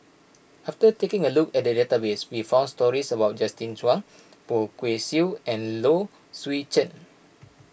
after taking a look at the database we found stories about Justin Zhuang Poh Kay Swee and Low Swee Chen